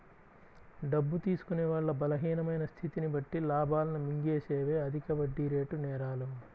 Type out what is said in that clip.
డబ్బు తీసుకునే వాళ్ళ బలహీనమైన స్థితిని బట్టి లాభాలను మింగేసేవే అధిక వడ్డీరేటు నేరాలు